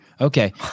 Okay